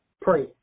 pray